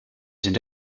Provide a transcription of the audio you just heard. sind